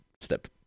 step